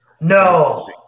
No